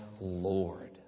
Lord